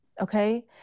Okay